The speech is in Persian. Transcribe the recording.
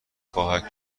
خواهیم